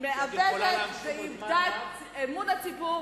חברת הכנסת אברהם, הזמן שלך הסתיים.